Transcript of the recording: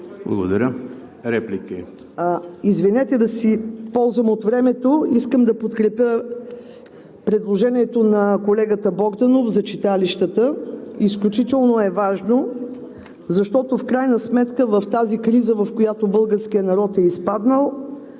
Благодаря. Реплики? ДОРА ЯНКОВА: Извинете, да си ползвам от времето. Искам да подкрепя предложението на колегата Богданов за читалищата. Изключително е важно, защото в крайна сметка в тази криза, в която българският народ е изпаднал,